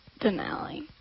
Denali